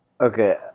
Okay